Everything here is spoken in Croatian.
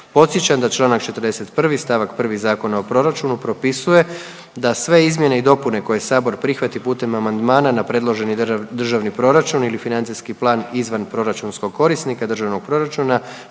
Podsjećam da članak 41. stavak 1. Zakona o proračunu propisuje da sve izmjene i dopune koje Sabor prihvati putem amandmana na predloženi Državni proračun ili Financijski plan izvanproračunskog korisnika državnog proračuna